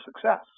success